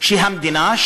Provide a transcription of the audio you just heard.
שהמדינה,